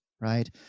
right